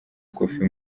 kofi